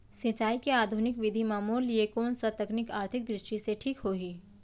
सिंचाई के आधुनिक विधि म मोर लिए कोन स तकनीक आर्थिक दृष्टि से ठीक होही?